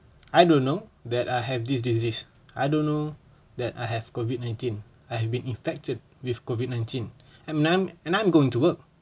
I don't know that I have this disease I don't know that I have COVID nineteen I have been infected with COVID nineteen and then I am going to work